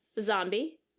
Zombie